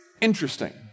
interesting